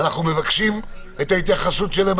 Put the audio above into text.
אנחנו מבקשים את ההתייחסות שלהם,